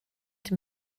dem